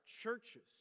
churches